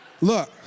look